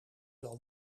wel